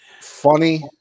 Funny